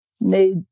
need